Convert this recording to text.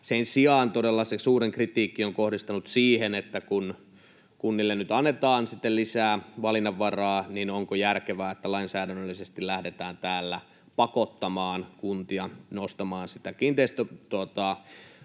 Sen sijaan todella se suurin kritiikki on kohdistunut siihen, että kun kunnille nyt annetaan lisää valinnanvaraa, niin onko järkevää, että lainsäädännöllisesti lähdetään täällä pakottamaan kuntia nostamaan sitä kiinteistön maapohjan